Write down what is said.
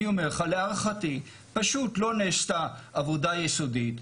להערכתי פשוט לא נעשתה עבודה יסודית.